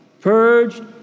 purged